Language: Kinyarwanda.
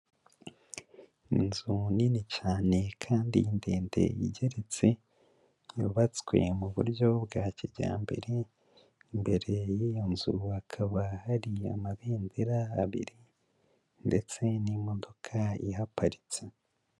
Inzu nini cyane kandi ndende igeretse, yubatswe mu buryo bwa kijyambere, imbere y'iyo nzu hakaba hari amabendera abiri ndetse n'imodoka ihaparitse.